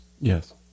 Yes